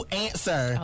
answer